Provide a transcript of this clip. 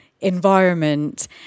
environment